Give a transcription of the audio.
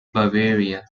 bavaria